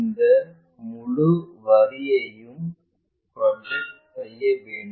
இந்த முழு வரியையும் ப்ரொஜெக்ட் செய்யவும்